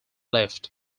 left